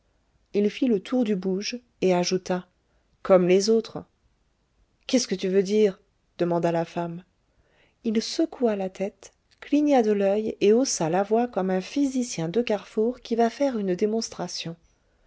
il fit le tour du bouge et ajouta comme les autres qu'est-ce que tu veux dire demanda la femme il secoua la tête cligna de l'oeil et haussa la voix comme un physicien de carrefour qui va faire une démonstration